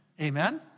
Amen